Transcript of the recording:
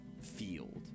field